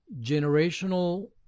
generational